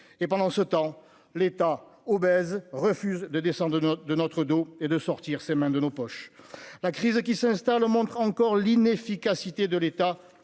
et pendant ce temps, l'État obèse refuse de descendre de notre de notre dos et de sortir ses mains de nos poches, la crise qui s'installe montre encore l'inefficacité de l'État